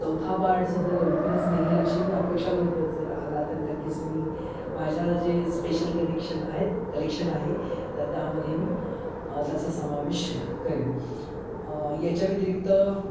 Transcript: चौथा पार्ट सुद्धा लवकरच निघेल अशी मी अपेक्षा करतो जर आला तर नक्कीच मी माझ्या जे स्पेशल कनेक्शन आहेत कलेक्शन आहे तर त्यामध्ये मी त्याचा समावेश करेन याच्या व्यतिरिक्त